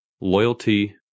Loyalty